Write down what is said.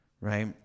right